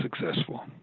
successful